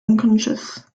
unconscious